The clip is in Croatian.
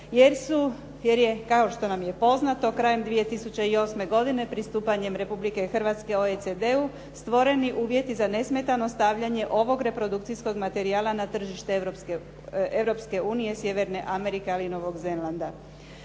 jer je kao što nam je poznato krajem 2008. godine pristupanjem Republike Hrvatske OECD-u stvoreni uvjeti za nesmetano stavljanje ovog reprodukcijskog materijala na tržište Europske unije, Sjeverne Amerike ali i Novog Zelanda.